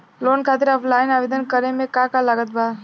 Loan खातिर offline आवेदन करे म का का लागत बा?